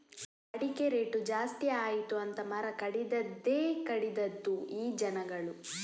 ಅಡಿಕೆ ರೇಟು ಜಾಸ್ತಿ ಆಯಿತು ಅಂತ ಮರ ಕಡಿದದ್ದೇ ಕಡಿದದ್ದು ಈ ಜನಗಳು